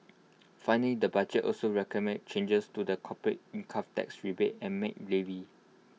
finally the budget also recommended changes to the corporate income tax rebate and maid levy